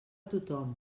tothom